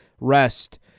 rest